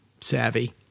savvy